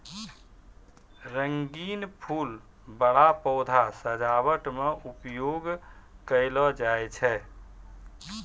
रंगीन फूल बड़ा पौधा सजावट मे उपयोग करलो जाय छै